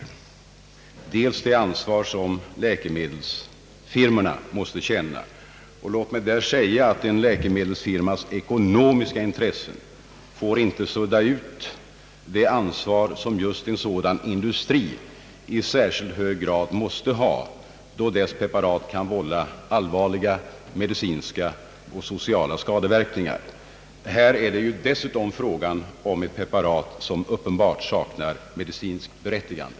Det gäller för det första det ansvar som läkemedelsfirmorna måste känna. Låt mig där säga, att en läkemedelsfirmas ekonomiska intresse inte får sudda ut det ansvar som just en sådan industri i särskilt hög grad måste ha, då dess preparat kan vålla allvarliga medicinska och sociala skadeverkningar. Här är det ju dessutom fråga om ett preparat, som uppenbart saknar medicinskt berättigande.